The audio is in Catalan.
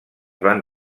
van